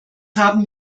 haben